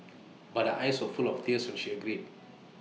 but eyes were full of tears when she agreed